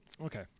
Okay